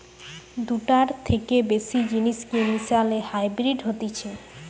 দুটার থেকে বেশি জিনিসকে মিশালে হাইব্রিড হতিছে